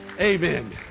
amen